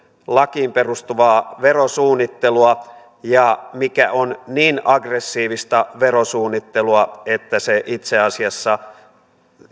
lakiin perustuvaa verosuunnittelua ja mikä on niin aggressiivista verosuunnittelua että se itse asiassa